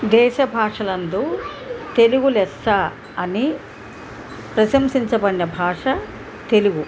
దేశ భాషలందు తెలుగు లెస్స అని ప్రశంసించబడిన భాష తెలుగు